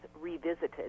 revisited